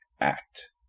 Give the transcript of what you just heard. act